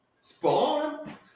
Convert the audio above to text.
Spawn